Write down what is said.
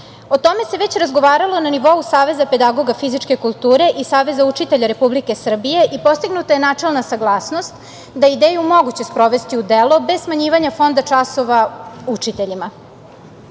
tome se već razgovaralo na nivou Saveza pedagoga fizičke kulture i Saveza učitelja Republike Srbije i postignuta je načelna saglasnost da je ideju moguće sprovesti u delo bez smanjivanja fonda časova učiteljima.